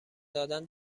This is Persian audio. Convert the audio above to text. دادن